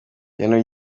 ibintu